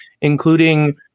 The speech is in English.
including